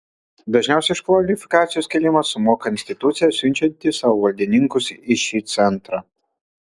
dažniausiai už kvalifikacijos kėlimą sumoka institucija siunčianti savo valdininkus į šį centrą